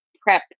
prep